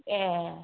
ए